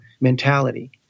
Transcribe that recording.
mentality